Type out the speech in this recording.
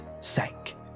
sank